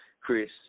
Chris